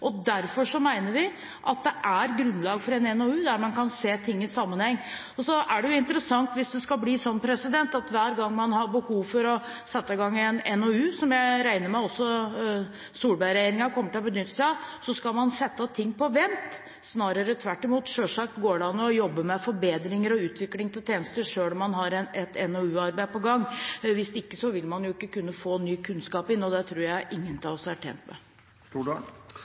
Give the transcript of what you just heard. oss. Derfor mener vi at det er grunnlag for en NOU der man kan se ting i sammenheng. Så er det interessant hvis det skal bli sånn at hver gang man har behov for å sette i gang en NOU, som jeg regner med også Solberg-regjeringen kommer til å benytte seg av, skal man sette ting på vent. Snarere tvert imot: Selvsagt går det an å jobbe med forbedringer og utvikling av tjenester selv om man har et NOU-arbeid på gang. Hvis ikke vil man ikke kunne få ny kunnskap inn, og det tror jeg ingen av oss er tjent med.